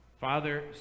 Father